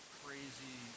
crazy